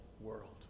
world